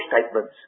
statements